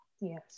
yes